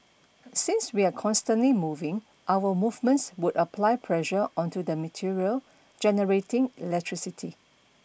since we are constantly moving our movements would apply pressure onto the material generating electricity